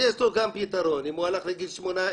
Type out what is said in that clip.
יש לו גם פתרון, אם הוא הלך בגיל 18,